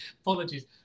apologies